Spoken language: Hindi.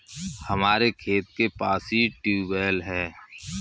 हमारे खेत के पास ही ट्यूबवेल है